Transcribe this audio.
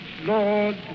lord